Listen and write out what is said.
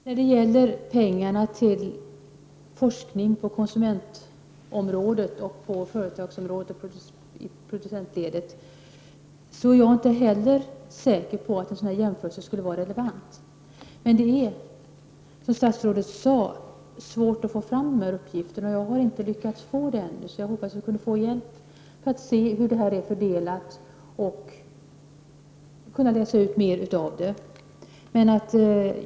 Herr talman! Jag tackar statsrådet för svaret. Jag är inte heller säker på att en sådan jämförelse skulle vara relevant när det gäller pengarna till forskning på konsumentområdet och företagsområdet i producentledet. Men det är, precis som statsrådet sade, svårt att få fram dessa uppgifter. Jag har inte lyckats få fram dem. Jag hoppas att jag kan få hjälp för att se hur det här är fördelat och kunna läsa ut mer av detta.